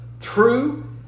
true